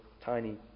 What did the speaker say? tiny